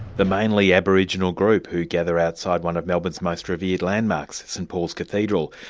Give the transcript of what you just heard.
the mainly aboriginal group who gather outside one of melbourne's most revered landmarks, st paul's cathedral,